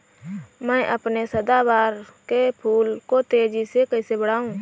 मैं अपने सदाबहार के फूल को तेजी से कैसे बढाऊं?